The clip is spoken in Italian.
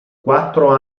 quattro